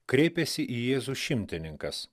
kreipėsi į jėzų šimtininkas